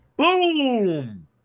Boom